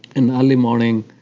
in early morning,